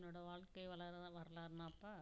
என்னோட வாழ்க்கை வரலாறுனாப்பா